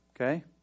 okay